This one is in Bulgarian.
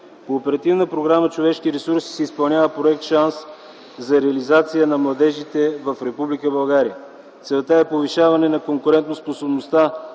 По Оперативна програма „Човешки ресурси” се изпълнява проект „Шанс за реализация на младежите в Република България”. Целта е повишаване на конкурентоспособността